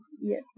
Yes